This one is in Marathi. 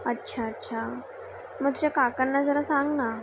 अच्छा अच्छा मग तुझ्या काकांना जरा सांग ना